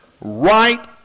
right